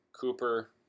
Cooper